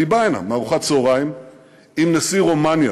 אני בא הנה מארוחת צהריים עם נשיא רומניה